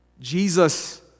Jesus